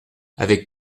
avec